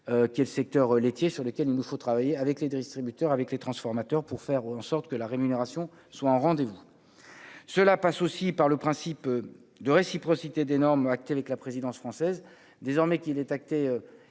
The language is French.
qui est le secteur laitier sur lequel il nous faut travailler avec les 2 distributeurs avec les transformateurs pour faire ou en sorte que la rémunération soit un rendez-vous cela passe aussi par le principe de réciprocité d'normes actuelles avec la présidence française désormais qu'il est acté,